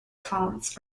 fonts